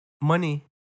money